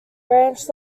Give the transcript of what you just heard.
branch